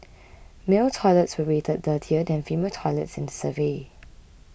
male toilets were rated dirtier than female toilets in the survey